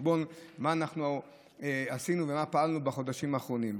מה אנחנו עשינו ומה פעלנו בחודשים האחרונים.